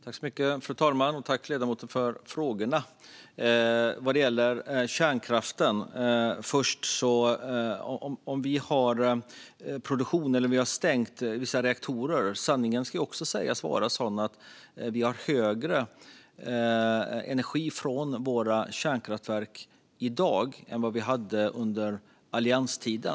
Fru talman! Tack, ledamoten, för frågorna! Vad gäller kärnkraften först och om vi har produktion eller stängt vissa reaktorer är sanningen den att vi har högre energi från våra kärnkraftverk i dag än vad vi hade under allianstiden.